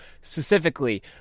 specifically